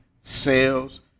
sales